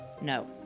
no